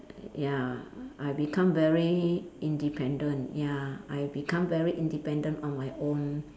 ya I become very independent ya I become very independent on my own